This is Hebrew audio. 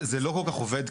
זה לא כל כך עובד,